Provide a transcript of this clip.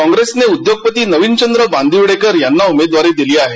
काँप्रेसने उद्योगपती नवीनचंद्र बांदिवडेकर यांना उमेदवारी दिली आहे